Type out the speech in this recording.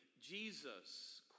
Jesus